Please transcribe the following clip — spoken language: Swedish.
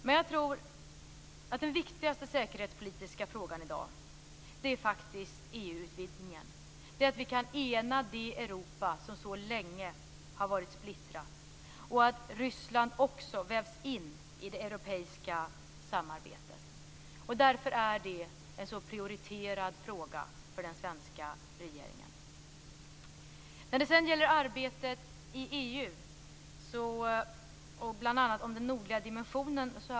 Men jag tror faktiskt att den viktigaste säkerhetspolitiska frågan i dag är EU-utvidgningen. Det gäller här att ena det Europa som så länge har varit splittrat och att även Ryssland vävs in i det europeiska samarbetet. Detta är en prioriterad fråga för den svenska regeringen. Jag har fått frågor om arbetet i EU, bl.a. om den nordliga dimensionen.